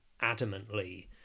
adamantly